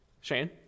Shane